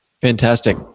Fantastic